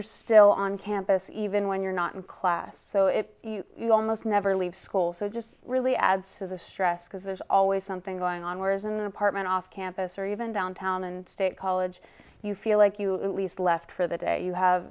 you're still on campus even when you're not in class so it almost never leaves school so just really adds to the stress because there's always something going on whereas an apartment off campus or even downtown and state college you feel like you least left for the day you have